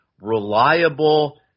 reliable